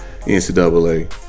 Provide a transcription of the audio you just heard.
NCAA